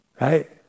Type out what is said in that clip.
right